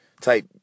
type